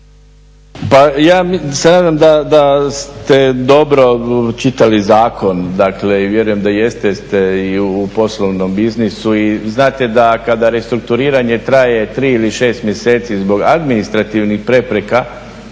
Pa ja se nadam da ste dobro čitali zakon i vjerujem da jeste, jer ste i u poslovnom biznisu i znate da kad restrukturiranje traje 3 ili 6 mjeseci zbog administrativnih prepreka,